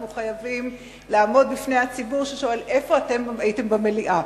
אנחנו חייבים לעמוד בפני הציבור ששואל: איפה אתם הייתם במליאה?